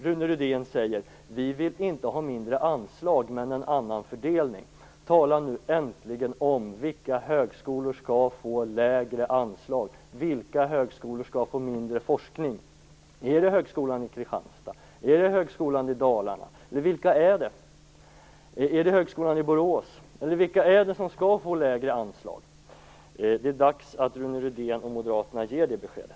Rune Rydén säger: Vi vill inte ha mindre anslag men en annan fördelning. Tala nu äntligen om vilka högskolor som skall få lägre anslag, och vilka högskolor skall få mindre forskning! Är det högskolan i Kristianstad? Är det högskolan i Dalarna? Är det högskolan i Borås? Vilka högskolor är det som skall få lägre anslag? Det är dags att Rune Rydén och Moderaterna ger det beskedet.